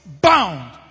bound